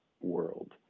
world